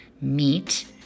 meat